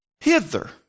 hither